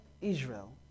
Israel